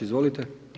Izvolite.